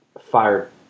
fired